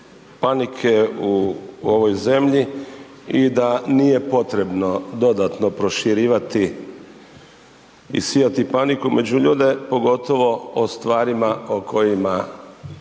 panike u ovoj zemlji i da nije potrebno dodatno proširivati i sijati paniku među ljude pogotovo o stvarima o kojima